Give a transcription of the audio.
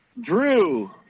Drew